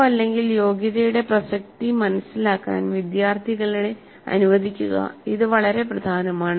CO യോഗ്യതയുടെ പ്രസക്തി മനസ്സിലാക്കാൻ വിദ്യാർത്ഥികളെ അനുവദിക്കുക ഇത് വളരെ പ്രധാനമാണ്